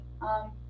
um-